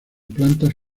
plantas